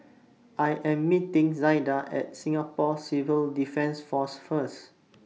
I Am meeting Zaida At Singapore Civil Defence Force First